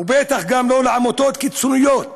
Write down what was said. ובטח לא לעמותות קיצוניות